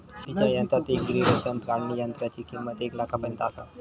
शेतीच्या यंत्रात एक ग्रिलो तण काढणीयंत्राची किंमत एक लाखापर्यंत आसता